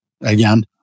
again